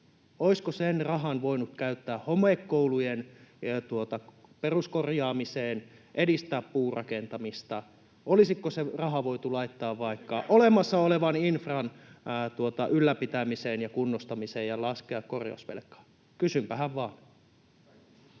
Olisiko sen rahan voinut käyttää homekoulujen peruskorjaamiseen, puurakentamisen edistämiseen? Olisiko se raha voitu laittaa vaikka olemassa olevan infran ylläpitämiseen ja kunnostamiseen ja korjausvelan laskemiseen? Kysynpähän vain.